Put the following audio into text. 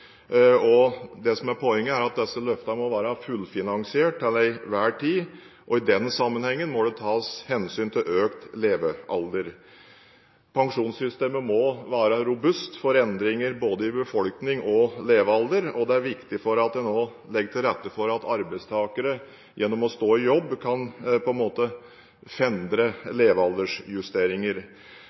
tas hensyn til økt levealder. Pensjonssystemet må være robust for endringer i både befolkning og levealder, og det er viktig at man legger til rette for at arbeidstakerne – gjennom å stå i jobb – på en måte kan fendre